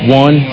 one